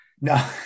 No